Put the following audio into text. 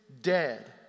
dead